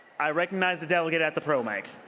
i recognize the delegate at the pro mic.